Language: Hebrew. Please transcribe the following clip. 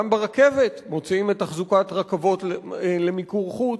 גם ברכבת, מוציאים את תחזוקת הרכבות למיקור חוץ.